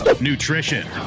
nutrition